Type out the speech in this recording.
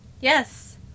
yes